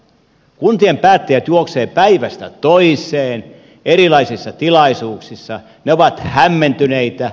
kuntien päättäjät juoksevat päivästä toiseen erilaisissa tilaisuuksissa he ovat hämmentyneitä